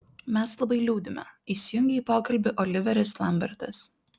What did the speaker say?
mes labai liūdime įsijungė į pokalbį oliveris lambertas